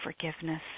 forgiveness